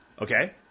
Okay